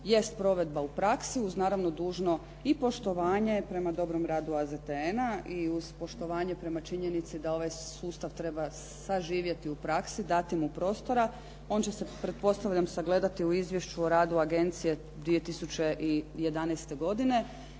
jest provedba u praksi, uz naravno dužno i poštovanje prema dobrom radu AZTN-a i uz poštovanje prema činjenici da ovaj sustav treba saživjeti u praksi, dati mu prostora, on će se pretpostavljam sagledati u izvješću o radu agencije 2011. godine